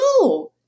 no